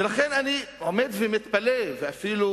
ולכן, אני עומד ומתפלא ואפילו